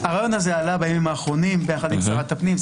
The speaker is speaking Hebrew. הרעיון הזה עלה בימים האחרונים יחד עם שרת הפנים,